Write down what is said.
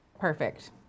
Perfect